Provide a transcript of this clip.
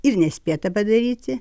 ir nespėta padaryti